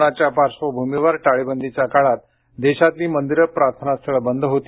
कोरोनाच्या पार्श्वभूमीवर टाळेबंदीच्या काळात देशातली मंदिरं प्रार्थनास्थळं बंद होती